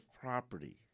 property